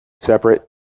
separate